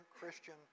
Christian